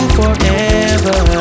forever